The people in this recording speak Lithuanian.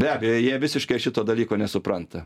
be abejo jie visiškai šito dalyko nesupranta